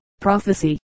prophecy